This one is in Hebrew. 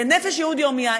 בנפש יהודי הומייה,